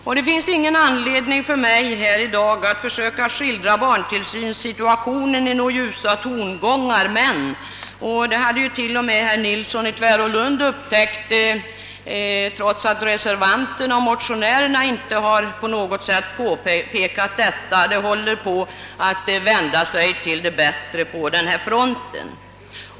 Jag har ingen anledning att försöka skildra barntillsynssituationen ljusare än den är, men utvecklingen håller på att vändas till det bättre på denna front. Detta har ju till och med herr Nilsson i Tvärålund upptäckt, trots att reservanterna och motionärerna inte påpekat det.